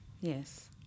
Yes